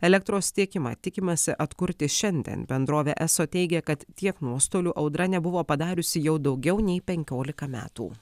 elektros tiekimą tikimasi atkurti šiandien bendrovė eso teigia kad tiek nuostolių audra nebuvo padariusi jau daugiau nei penkiolika metų